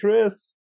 chris